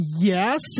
yes